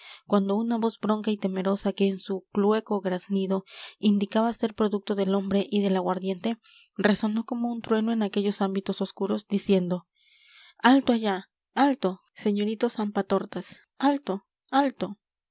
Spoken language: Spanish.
cuando una voz bronca y temerosa que en su clueco graznido indicaba ser producto del hombre y del aguardiente resonó como un trueno en aquellos ámbitos oscuros diciendo alto allá alto señoritos zampatortas alto alto